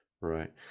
Right